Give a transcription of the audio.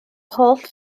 holl